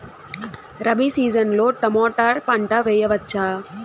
Rabi season లో tomato పంట వేయవచ్చా?